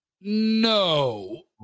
No